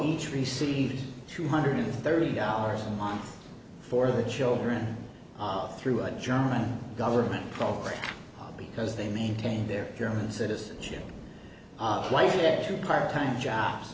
each received two hundred thirty dollars a month for the children through a german government program because they maintained their german citizenship to part time jobs